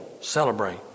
Celebrate